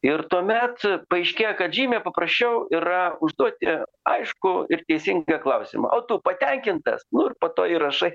ir tuomet paaiškėja kad žymiai paprasčiau yra užduoti aiškų ir teisingą klausimą o tu patenkintas nu ir po to įrašai